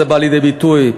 וזה בא לידי ביטוי,